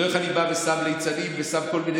לא איך אני בא ושם ליצנים ושם כל מיני